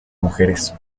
mujeres